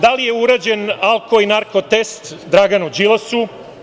Da li je urađen alko i narko test Draganu Đilasu?